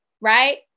right